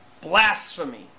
blasphemy